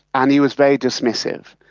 and he was very dismissive.